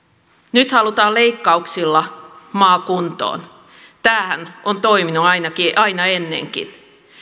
nyt halutaan leikkauksilla maa kuntoon tämähän on toiminut aina ennenkin